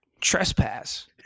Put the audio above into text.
trespass